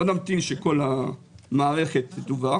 לא נמתין שכל המערכת תדווח